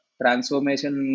transformation